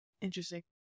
Interesting